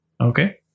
Okay